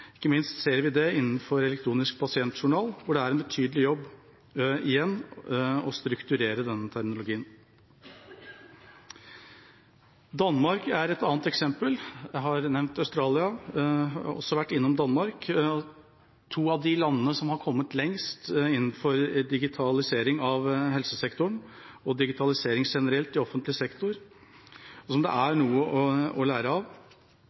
Ikke minst ser vi det innenfor elektronisk pasientjournal, hvor det står en betydelig jobb igjen med å strukturere den terminologien. Danmark er et annet eksempel – jeg har nevnt Australia og også vært innom Danmark. Det er to av de landene som har kommet lengst innenfor digitalisering av helsesektoren og digitalisering generelt i offentlig sektor, og som det er noe å lære av.